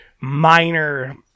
minor